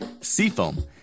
Seafoam